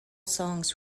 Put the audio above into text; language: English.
songs